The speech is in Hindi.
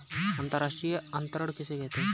अंतर्राष्ट्रीय अंतरण किसे कहते हैं?